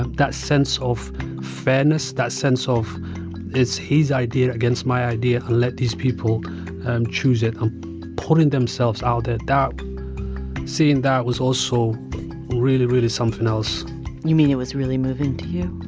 and that sense of fairness, that sense of it's his idea against my idea. let these people choose it and putting themselves out there. that seeing that was also really, really something else you mean it was really moving to you?